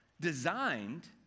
designed